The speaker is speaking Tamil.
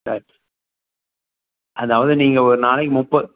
சார் அதாவது நீங்கள் ஒரு நாளைக்கு முப்ப